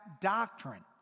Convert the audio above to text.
doctrine